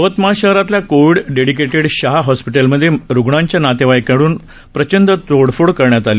यवतमाळ शहरातल्या covid dedicated शाह हॉस्पिटलमध्ये मध्ये रुग्णाच्या नातेवाईकांकडून प्रचंड तोडफोड करण्यात आली